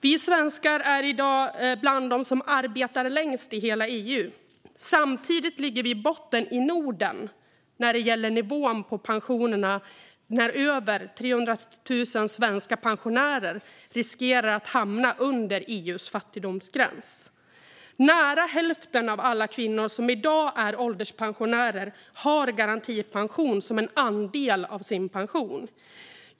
Vi svenskar är i dag bland dem som arbetar längst i hela EU. Samtidigt ligger vi i botten i Norden när det gäller nivån på pensionerna. Över 300 000 svenska pensionärer riskerar att hamna under EU:s fattigdomsgräns. Nära hälften av alla kvinnor som i dag är ålderspensionärer har garantipension som en andel av sin pension.